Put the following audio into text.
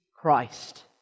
Christ